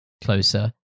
closer